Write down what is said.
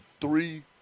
three